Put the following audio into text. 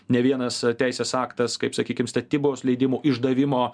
ne vienas teisės aktas kaip sakykim statybos leidimų išdavimo